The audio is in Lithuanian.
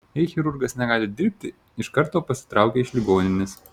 jei chirurgas negali dirbti iš karto pasitraukia iš ligoninės